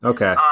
Okay